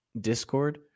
Discord